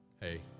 Hey